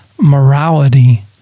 morality